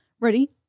Ready